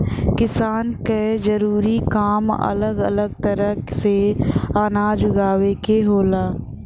किसान क जरूरी काम अलग अलग तरे से अनाज उगावे क होला